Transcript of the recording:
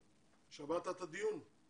שמעת את הדיון?